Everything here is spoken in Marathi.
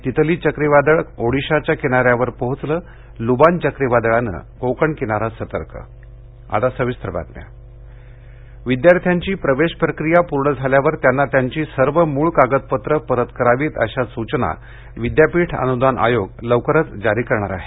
तितली चक्रीवादळ ओडीशाच्या किनाऱ्यावर पोहोचलं लुबान चक्रीवादळानं कोकण किनारा सतर्क जावडेकर विद्यार्थ्यांची प्रवेश प्रक्रिया पूर्ण झाल्यावर त्यांना त्यांची सर्व मुळ कागदपत्रं परत करावीत अशा सूचना विद्यापीठ अनूदान आयोग लवकरच जारी करणार आहे